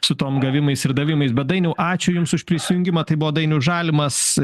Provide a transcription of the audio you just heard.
su tom gavimais ir davimais bet dainiau ačiū jums už prisijungimą tai buvo dainius žalimas